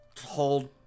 Hold